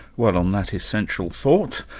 well on that essential thought,